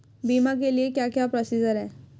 बीमा के लिए क्या क्या प्रोसीजर है?